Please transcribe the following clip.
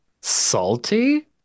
salty